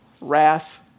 wrath